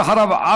ואחריו,